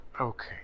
Okay